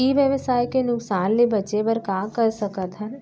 ई व्यवसाय के नुक़सान ले बचे बर का कर सकथन?